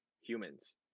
humans